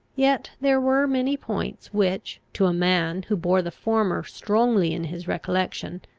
yet there were many points which, to a man who bore the former strongly in his recollection,